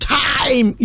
time